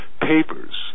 papers